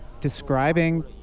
describing